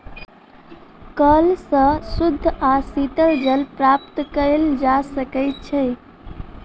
कअल सॅ शुद्ध आ शीतल जल प्राप्त कएल जा सकै छै